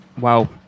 Wow